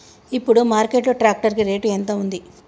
ఇప్పుడు మార్కెట్ లో ట్రాక్టర్ కి రేటు ఎంత ఉంది?